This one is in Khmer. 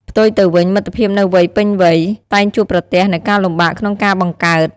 ផ្ទុយទៅវិញ មិត្តភាពនៅវ័យពេញវ័យ តែងជួបប្រទះនូវការលំបាកក្នុងការបង្កើត។